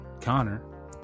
Connor